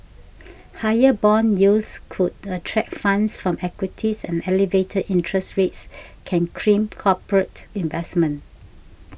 higher bond yields could attract funds from equities and elevated interest rates can crimp corporate investment